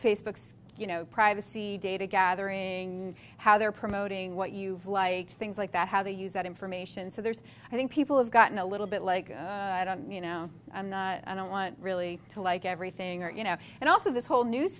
facebook's you know privacy data gathering how they're promoting what you like things like that how they use that information so there's i think people have gotten a little bit like i don't you know i don't want really to like everything or you know and also this whole news